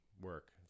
work